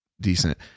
decent